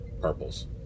purples